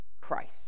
christ